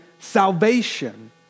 salvation